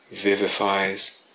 vivifies